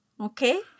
Okay